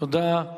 תודה.